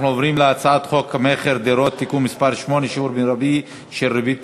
הצעת חוק המכר (דירות) (תיקון מס' 8) (שיעור מרבי של ריבית פיגורים),